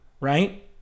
right